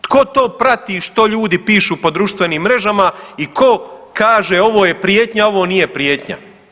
Tko to prati što to ljudi pišu po društvenim mrežama i tko kaže ovo je prijetnja, ovo nije prijetnja?